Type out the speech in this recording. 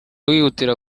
wihutira